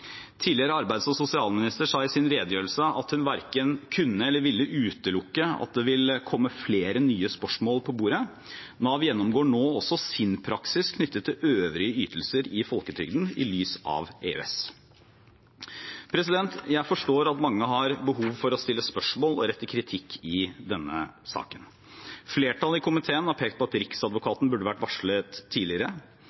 tidligere arbeids- og sosialministeren sa i sin redegjørelse at hun verken kunne eller ville utelukke at det vil komme flere nye spørsmål på bordet. Nav gjennomgår nå også sin praksis knyttet til øvrige ytelser i folketrygden i lys av EØS. Jeg forstår at mange har behov for å stille spørsmål og rette kritikk i denne saken. Flertallet i komiteen har pekt på at